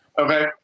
Okay